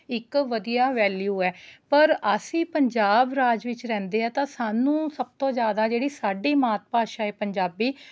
ਇੱਕ ਵਧੀਆ ਵੈਲੀਯੂ ਹੈ ਪਰ ਅਸੀਂ ਪੰਜਾਬ ਰਾਜ ਵਿੱਚ ਰਹਿੰਦੇ ਹਾਂ ਤਾਂ ਸਾਨੂੰ ਸਭ ਤੋਂ ਜ਼ਿਆਦਾ ਜਿਹੜੀ ਸਾਡੀ ਮਾਤ ਭਾਸ਼ਾ ਹੈ ਪੰਜਾਬੀ